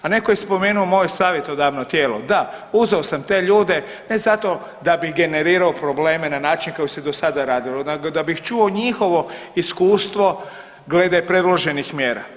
A neko je spomenuo moje savjetodavno tijelo, da, uzeo sam te ljude ne zato da bi generirao probleme na način kako se do sada radilo nego da bih čuo njihovo iskustvo glede predloženih mjera.